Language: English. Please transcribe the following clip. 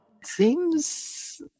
Seems